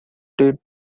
did